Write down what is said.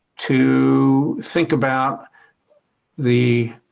to think about the